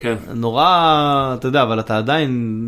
נורא אתה יודע אבל אתה עדיין.